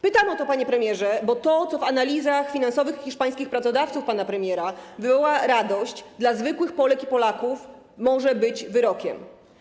Pytam o to, panie premierze, bo to, co w przypadku analiz finansowych hiszpańskich pracodawców pana premiera wywoła radość, dla zwykłych Polek i Polaków może być wyrokiem.